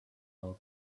our